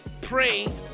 pray